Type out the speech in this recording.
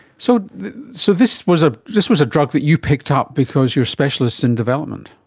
so so this was ah this was a drug that you picked up because you're specialists in development.